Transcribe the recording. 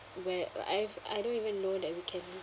where like I've I don't even know that we can